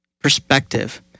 perspective